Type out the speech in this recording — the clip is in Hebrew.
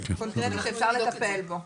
קונקרטי שאפשר לטפל בו.